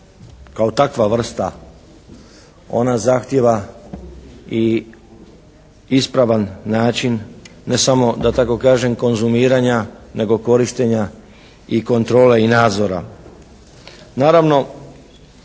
kao takva vrsta ona zahtijeva i ispravan način ne samo da tako kažem konzumiranja nego korištenja i kontrole i nadzora.